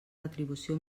retribució